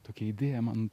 tokia idėja man